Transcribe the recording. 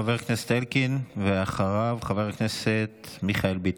חבר הכנסת אלקין, ואחריו, חבר הכנסת מיכאל ביטון.